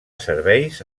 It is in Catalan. serveis